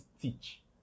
teach